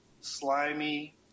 slimy